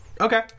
okay